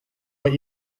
but